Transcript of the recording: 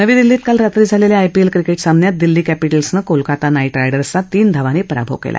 नवी दिल्लीत काल रात्री झालेल्या आयपीएल क्रिकेट सामन्यात दिल्ली कॅपिटल्सनं कोलकाता नाईट रायडर्सचा तीन धावांनी पराभव केला